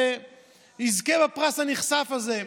שיזכה בפרס הנכסף הזה.